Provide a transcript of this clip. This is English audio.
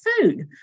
food